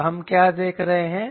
तो हम क्या देख रहे हैं